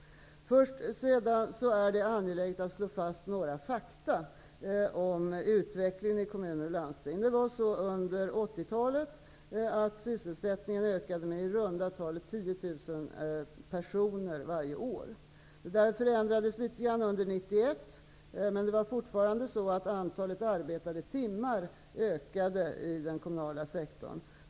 Sedan är det angeläget att slå fast några fakta om utvecklingen i kommuner och landsting. Under 80 talet ökade sysselsättningen med i runda tal 10 000 personer varje år. Det förändrades litet grand under 1991, men det var fortfarande så att antalet arbetade timmar ökade i den kommunala sektorn.